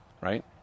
right